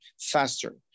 faster